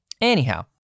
Anyhow